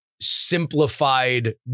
simplified